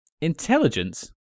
Intelligence